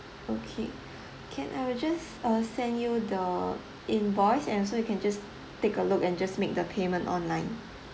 okay can I will just uh send you the invoice and so you can just take a look and just make the payment online